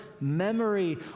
memory